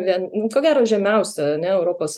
vien ko gero žemiausia europos